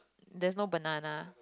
there's no banana